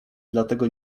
dlatego